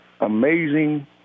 amazing